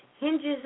hinges